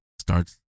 starts